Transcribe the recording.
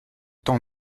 temps